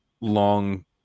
long